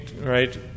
right